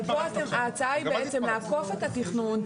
אבל פה ההצעה היא בעצם לעקוף את התכנון.